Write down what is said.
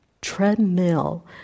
treadmill